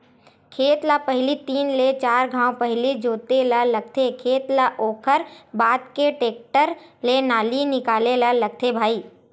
खेत ल पहिली तीन ले चार घांव पहिली जोते ल लगथे खेत ल ओखर बाद फेर टेक्टर ले नाली निकाले ल लगथे भई